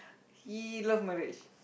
he love marriage